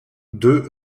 deux